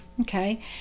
Okay